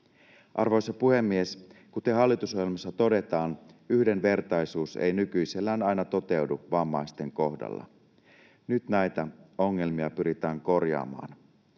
Arvoisa puhemies! Kuten hallitusohjelmassa todetaan, yhdenvertaisuus ei nykyisellään aina toteudu vammaisten kohdalla. Nyt näitä ongelmia pyritään korjaamaan.